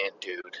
dude